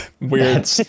Weird